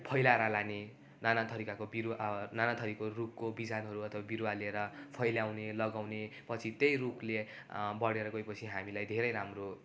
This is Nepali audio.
फैलाएर लाने नानाथरीकाको बिरुवा नानाथरीको रुखका बिजनहरू अथवा बिरुवा लिएर फैलाउने लगाउने पछि त्यही रुखले बढेर गएपछि हामीलाई धेरै राम्रो